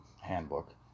handbook